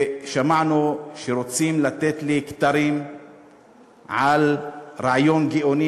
שמענו שרוצים לתת לי כתרים על רעיון גאוני,